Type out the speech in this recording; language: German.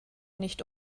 nicht